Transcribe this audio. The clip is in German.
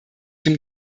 dem